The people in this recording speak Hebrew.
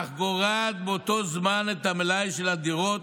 אך גורעת באותו זמן מן המלאי של הדירות